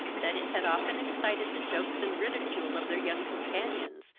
that it had often excited the jokes and ridicule of their young companions,